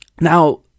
now